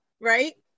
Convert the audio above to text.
right